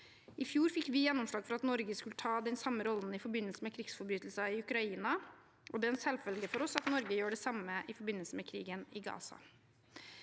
I fjor fikk vi gjennomslag for at Norge skulle ta den samme rollen i forbindelse med krigsforbrytelser i Ukraina, og det er en selvfølge for oss at Norge gjør det samme i forbindelse med krigen i Gaza.